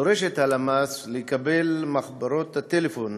דורשת הלמ"ס לקבל מחברות הטלפון